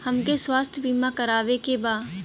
हमके स्वास्थ्य बीमा करावे के बा?